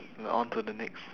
on to the next